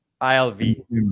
ILV